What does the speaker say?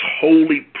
holy